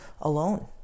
alone